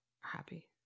happy